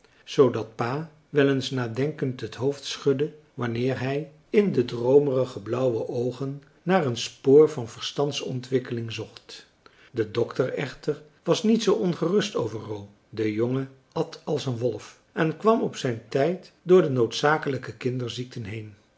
zoodat pa wel eens nadenkend het hoofd schudde wanneer hij in de droomerige blauwe oogen naar een spoor van verstandsontwikkeling zocht de dokter echter was niet zoo ongerust over ro de jongen at als een wolf en kwam op zijn tijd door de noodzakelijke kinderziekten heen